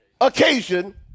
occasion